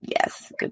Yes